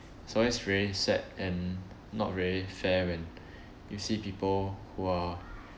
it's always very sad and not very fair when you see people who are